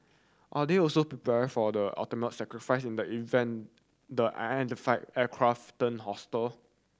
are they also be prepared for the ultimate sacrifice in the event the aircraft turn hostile